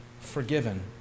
forgiven